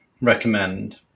recommend –